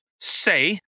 say